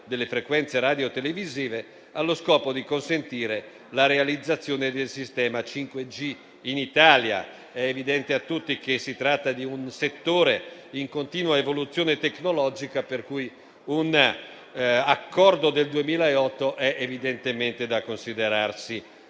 delle frequenze radiotelevisive, allo scopo di consentire la realizzazione del sistema 5G in Italia. È evidente a tutti che si tratta di un settore in continua evoluzione tecnologica, per cui un accordo del 2008 è evidentemente da considerarsi